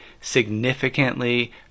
significantly